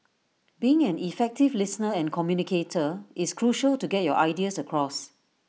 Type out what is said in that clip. being an effective listener and communicator is crucial to get your ideas across